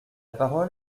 parole